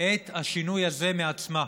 את השינוי הזה מעצמה,